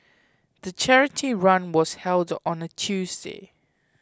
the charity run was held on a Tuesday